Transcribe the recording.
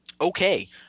Okay